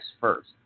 first